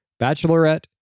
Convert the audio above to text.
Bachelorette